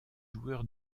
joueur